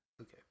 okay